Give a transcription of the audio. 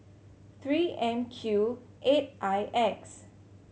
Three M Q eight I X